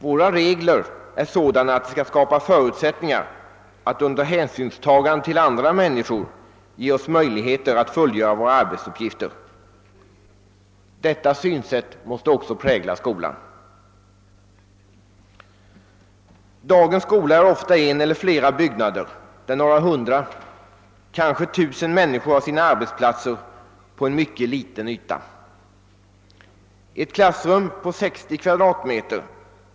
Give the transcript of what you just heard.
Våra regler är sådana att de skall skapa förutsättningar för oss att under hänsynstagande till andra människor fullgöra våra arbetsuppgifter. Detta synsätt måste också prägla skolan. Dagens skola består ofta av en eller flera byggnader, där några hundra eller kanske tusen människor har sina arbetsplatser på en mycket liten yta. I ett klassrum på 60 m?